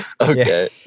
Okay